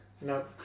No